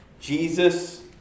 Jesus